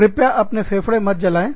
कृपया अपने फेफड़े मत जलाएं